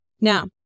Now